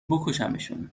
بکشمشون